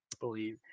Believe